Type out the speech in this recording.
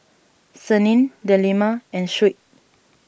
Senin Delima and Shuib